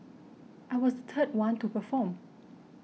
I was third one to perform